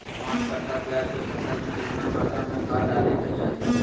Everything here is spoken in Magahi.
पांच कट्ठा प्याज के फसल में कितना मात्रा में खाद डाले के चाही?